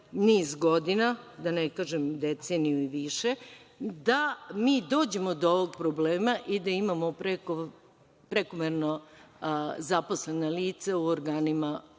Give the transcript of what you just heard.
niz godina, da ne kažem deceniju i više, da mi dođemo do ovog problema i da imamo prekomerno zaposlena lica u organima,